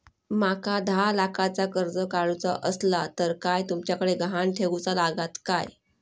माका दहा लाखाचा कर्ज काढूचा असला तर काय तुमच्याकडे ग्हाण ठेवूचा लागात काय?